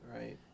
Right